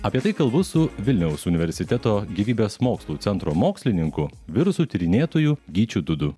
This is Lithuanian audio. apie tai kalbu su vilniaus universiteto gyvybės mokslų centro mokslininku virusų tyrinėtoju gyčiu dudu